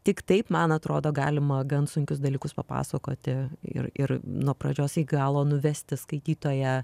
tik taip man atrodo galima gan sunkius dalykus papasakoti ir ir nuo pradžios iki galo nuvesti skaitytoją